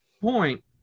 point